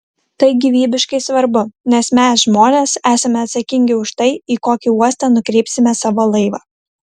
tai gyvybiškai svarbu nes mes žmonės esame atsakingi už tai į kokį uostą nukreipsime savo laivą